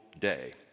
day